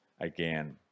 again